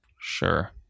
Sure